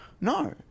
No